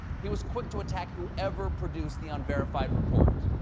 he was quick to attack whoever produced the unverified report.